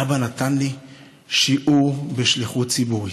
אבא נתן לי שיעור בשליחות ציבורית,